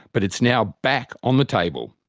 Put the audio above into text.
but it's now back on the table.